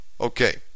Okay